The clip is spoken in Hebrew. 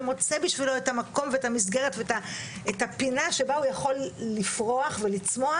ומוצא בשבילו את המקום ואת המסגרת ואת הפינה שבה הוא יכול לפרוח ולצמוח,